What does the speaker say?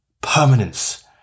permanence